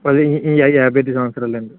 పది యాభై ఐదు సంవత్సరాలు అండి